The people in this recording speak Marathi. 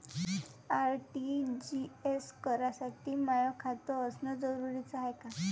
आर.टी.जी.एस करासाठी माय खात असनं जरुरीच हाय का?